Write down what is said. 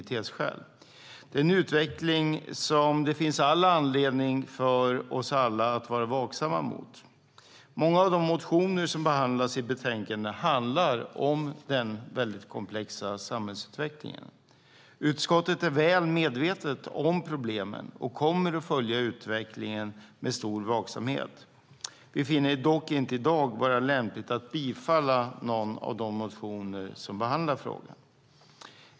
Det är en utveckling som det finns all anledning att vara vaksam på. Många av de motioner som behandlas i betänkandet handlar om den väldigt komplexa samhällsutvecklingen. Utskottet är väl medvetet om problemen och kommer att följa utvecklingen med stor vaksamhet. Vi finner det dock inte i dag vara lämpligt att bifalla någon av de motioner som behandlar frågan.